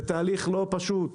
זה תהליך לא פשוט,